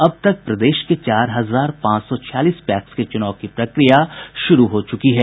अब तक प्रदेश के चार हजार पांच सौ छियालीस पैक्स के चुनाव की प्रक्रिया शुरू हो गयी है